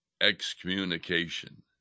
excommunication